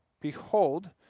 behold